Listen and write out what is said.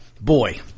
boy